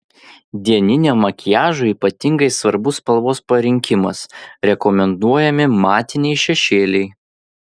dieniniam makiažui ypatingai svarbus spalvos parinkimas rekomenduojami matiniai šešėliai